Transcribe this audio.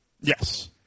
Yes